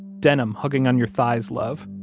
denim hugging on your thighs love,